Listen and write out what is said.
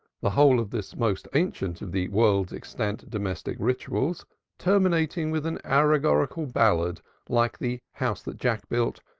the whole of this most ancient of the world's extant domestic rituals terminating with an allegorical ballad like the house that jack built,